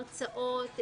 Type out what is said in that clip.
הרצאות,